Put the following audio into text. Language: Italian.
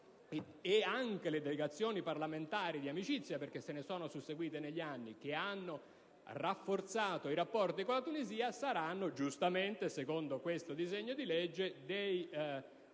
e anche le delegazioni parlamentari di amicizia (perché se ne sono susseguite negli anni) che hanno rafforzato i rapporti con la Tunisia saranno, giustamente, secondo questo disegno di legge, ottimi candidati